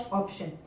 option